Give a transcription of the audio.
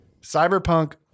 Cyberpunk